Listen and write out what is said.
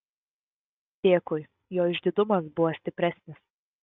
dėkui jo išdidumas buvo stipresnis